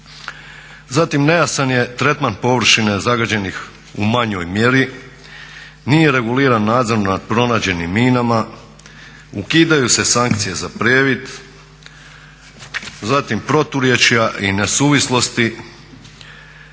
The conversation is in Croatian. Zatim nejasan je tretman površine zagađenih u manjoj mjeri, nije reguliran nadzor nad pronađenim minama, ukidaju se sankcije za previd. Zatim proturječja i nesuvislosti,